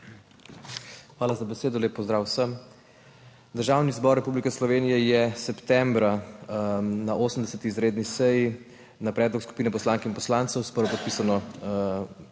Hvala za besedo. Lep pozdrav vsem! Državni zbor Republike Slovenije je septembra na 80. izredni seji na predlog skupine poslank in poslancev s prvopodpisano